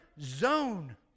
zone